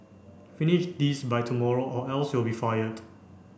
finish this by tomorrow or else you'll be fired